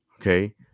Okay